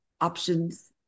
options